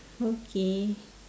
okay